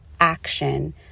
action